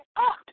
up